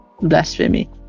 Blasphemy